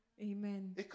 Amen